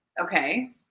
okay